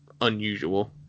unusual